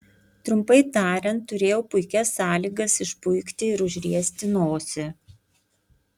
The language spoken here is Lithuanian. trumpai tariant turėjau puikias sąlygas išpuikti ir užriesti nosį